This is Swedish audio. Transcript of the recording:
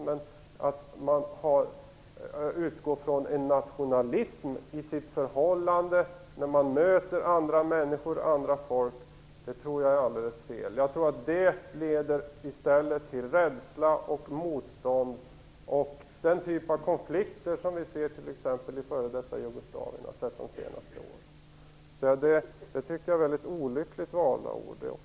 Men att utgå från nationalism när man möter andra människor och andra folk tror jag är alldeles fel. Det leder i stället till rädsla, motstånd och den typ av konflikter som vi ser och har sett de senaste åren i t.ex. f.d. Jugoslavien. Det är ett mycket olyckligt val av ord.